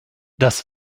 das